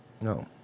no